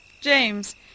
James